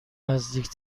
نزدیک